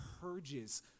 purges